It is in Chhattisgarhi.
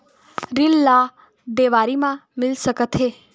ऋण ला देवारी मा मिल सकत हे